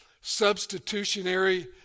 substitutionary